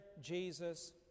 Jesus